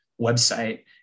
website